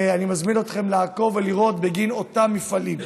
ואני מזמין אתכם לעקוב ולראות את אותם מפעלים.